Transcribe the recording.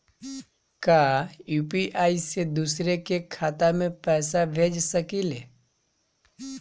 का यू.पी.आई से दूसरे के खाते में पैसा भेज सकी ले?